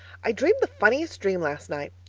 i dreamed the funniest dream last night.